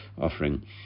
offering